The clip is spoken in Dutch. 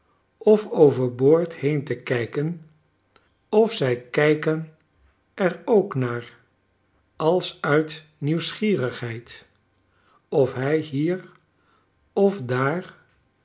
of over boord heen te kijken of zij kijken er ook naar als uit nieuwsgierigheid of hij hier of daar